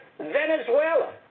Venezuela